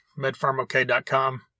MedFarmOK.com